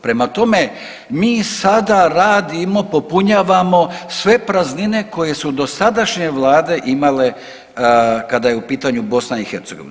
Prema tome, mi sada radimo, popunjavamo sve praznine koje su dosadašnje vlade imale kada je u pitanju BiH.